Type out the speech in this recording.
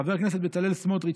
חבר הכנסת בצלאל סמוטריץ',